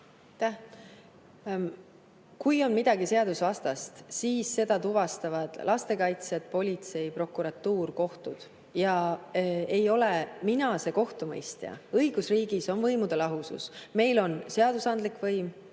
Aitäh! Kui on midagi seadusvastast, siis seda tuvastavad lastekaitsjad, politsei, prokuratuur, kohtud. Ja ei ole mina see kohtumõistja. Õigusriigis on võimude lahusus. Meil on seadusandlik võim,